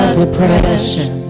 depression